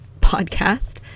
podcast